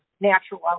natural